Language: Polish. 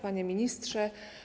Panie Ministrze!